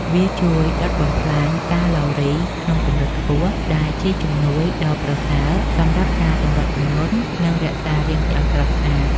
វាជួយដុតបំផ្លាញកាឡូរីក្នុងកម្រិតខ្ពស់ ដែលជាជំនួយដ៏ប្រសើរសម្រាប់ការសម្រកទម្ងន់ និងរក្សារាងឱ្យស្រស់ស្អាត។